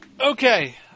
Okay